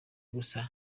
gusa